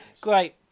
great